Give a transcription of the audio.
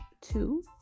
two